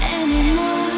anymore